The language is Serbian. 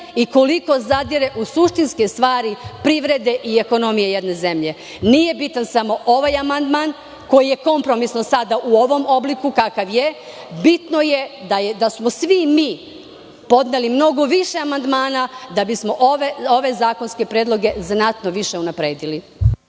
i koliko zadire u suštinske stvari privrede i ekonomije jedne zemlje. Nije bitan samo ovaj amandman, koji je kompromisno sada u ovom obliku, kakav je, bitno je da smo svi mi podneli mnogo više amandmana da bismo ove zakonske predloge znatno više unapredili.